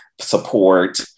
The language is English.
support